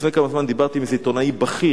לפני כמה זמן דיברתי עם עיתונאי בכיר.